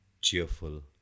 cheerful